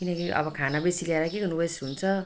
किनकी अब खाना बेसी ल्याएर के गर्नु वेस्ट हुन्छ